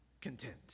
content